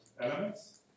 elements